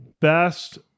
best